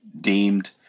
deemed